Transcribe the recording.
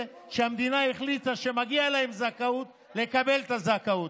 שהמדינה החליטה שמגיעה להם זכאות לקבל את הזכאות.